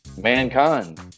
mankind